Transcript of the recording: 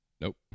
Nope